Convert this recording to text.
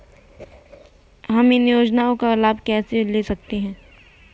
हम इन योजनाओं का लाभ कैसे ले सकते हैं?